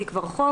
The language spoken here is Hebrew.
והיא כבר חוק,